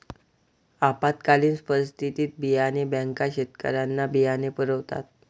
आपत्कालीन परिस्थितीत बियाणे बँका शेतकऱ्यांना बियाणे पुरवतात